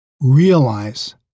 realize